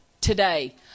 today